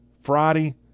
Friday